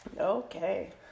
Okay